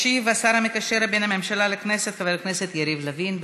ישיב השר המקשר בין הממשלה לכנסת חבר הכנסת יריב לוין.